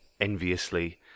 enviously